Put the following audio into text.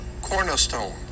cornerstone